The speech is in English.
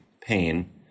pain